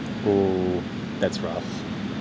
oh that's rough